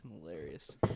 hilarious